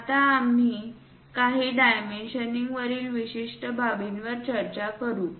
आता आम्ही काही डायमेन्शनिंग वरील विशिष्ट बाबींवर चर्चा करू